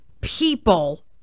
people